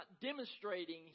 demonstrating